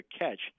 catch